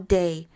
day